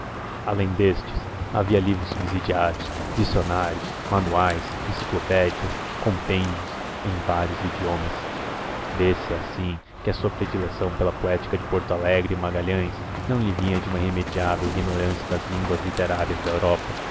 além destes havia livros subsidiários dicionários manuais enciclopédias compêndios em vários idiomas vê-se assim que a sua predileção pela poética de porto alegre e magalhães não lhe vinha de uma irremediável ignorância das línguas literárias da europa